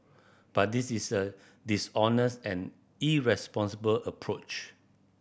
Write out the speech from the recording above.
but this is a dishonest and irresponsible approach